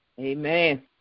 Amen